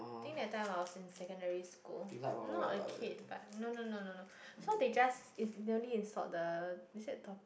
think that time I was in secondary school not a kid but no no no no no so they just is they only insult the is it the